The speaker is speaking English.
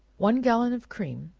one gallon of cream,